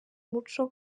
umuco